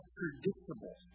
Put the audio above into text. predictable